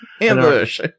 Ambush